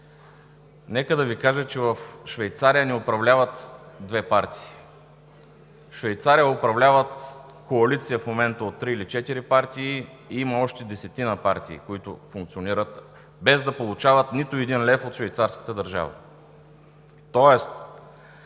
Нека да Ви кажа, че в Швейцария не управляват две партии. В Швейцария управлява коалиция в момента от три или четири партии и има още десетина партии, които функционират без да получават нито един лев от швейцарската държава.